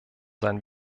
sein